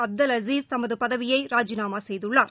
Abdel Aziz தமதுபதவியைராஜிநாமாசெய்துள்ளார்